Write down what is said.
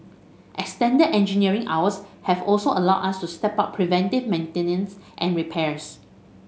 extended engineering hours have also allowed us to step up preventive maintenance and repairs